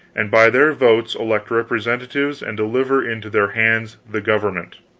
and by their votes elect representatives and deliver into their hands the government.